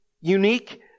unique